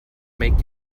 make